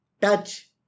touch